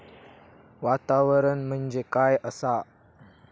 वातावरण म्हणजे काय असा?